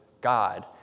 God